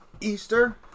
Easter